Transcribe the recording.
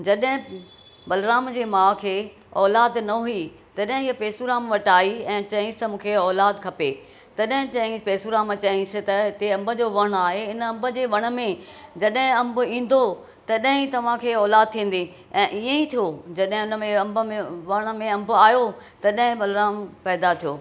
जॾहिं बलराम जे माउ खे औलाद न हुई तॾहिं इहा पेसूराम वटि आई ऐं चइसि त मूंखे औलाद खपे तॾहिं चईंस पेसूराम चइसि त हिते अंब जो वणु आहे हिन अंब जे वण में जॾहिं अंबु ईंदो तॾहिं तवांखे औलाद थींदी ऐं ईअं ई थियो जॾहिं उन में अंब में वण में अंब आहियो तडहिं ब॒लराम पैदा थियो